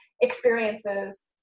experiences